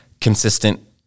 consistent